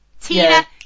tina